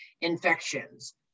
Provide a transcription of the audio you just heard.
infections